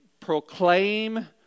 proclaim